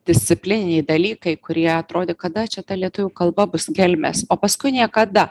disciplininiai dalykai kurie atrodė kada čia ta lietuvių kalba bus gelmės o paskui niekada